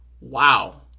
Wow